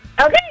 Okay